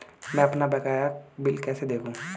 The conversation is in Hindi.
मैं अपना बकाया बिल कैसे देखूं?